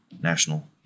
National